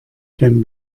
can